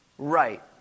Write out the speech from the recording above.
Right